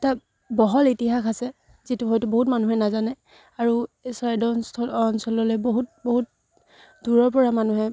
এটা বহল ইতিহাস আছে যিটো হয়তো বহুত মানুহে নাজানে আৰু এই চৰাইদেউ অঞ্চল অঞ্চললৈ বহুত বহুত দূৰৰ পৰা মানুহে